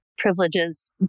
privileges